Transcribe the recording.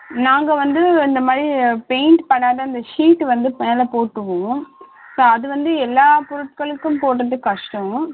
நாங்கள் வந்து இந்த மாதிரி பெயிண்ட் படாது இந்த ஷீட் வந்து மேலே போட்டுருவோம் ஸோ அது வந்து எல்லாப் பொருட்களுக்கும் போடுறது கஷ்டம்